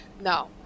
No